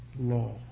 law